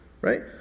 Right